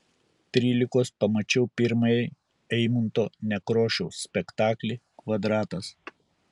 trylikos pamačiau pirmąjį eimunto nekrošiaus spektaklį kvadratas